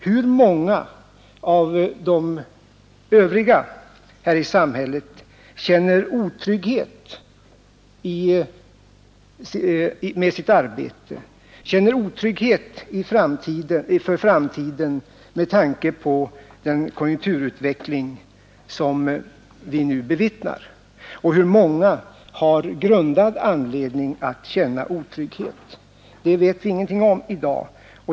Hur många av de övriga här i samhället känner otrygghet i sitt arbete och inför framtiden med tanke på den konjunkturutveckling som vi nu bevittnar, och hur många har grundad anledning att känna otrygghet? Det vet vi ingenting om i dag.